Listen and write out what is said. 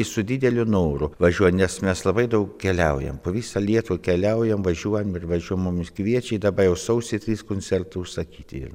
ir su dideliu noru važiuoja nes mes labai daug keliaujam po visą lietuvą keliaujam važiuojam ir važiu mumis kviečia ir dabar jau sausį trys koncertai užsakyti yra